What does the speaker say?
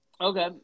Okay